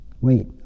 Wait